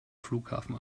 flughafen